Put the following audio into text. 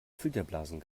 filterblasen